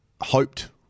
hoped